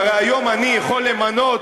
והרי היום אני יכול למנות,